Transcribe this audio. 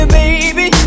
baby